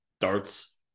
darts